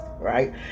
right